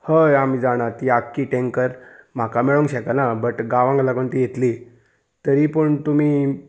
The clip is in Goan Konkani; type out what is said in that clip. हय आमी जाणा ती आख्खी टेंकर म्हाका मेळूंक शकना बट गांवांक लागून ती येतली तरी पूण तुमी